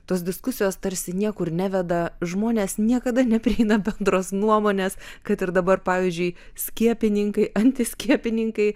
tos diskusijos tarsi niekur neveda žmonės niekada neprieina bendros nuomonės kad ir dabar pavyzdžiui skiepininkai antiskielpininkai